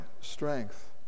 strength